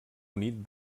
unit